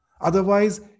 Otherwise